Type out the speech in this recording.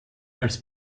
als